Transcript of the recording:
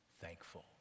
thankful